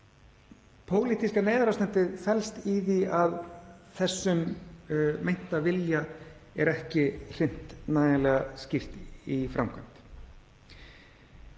Pólitíska neyðarástandið felst í því að þessum meinta vilja er ekki hrint nægjanlega skýrt í framkvæmd.